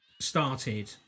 started